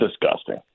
disgusting